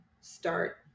start